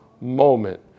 moment